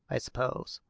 i suppose.